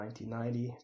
1990